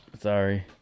sorry